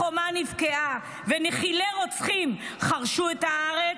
החומה נבקעה ונחילי רוצחים חרשו את הארץ,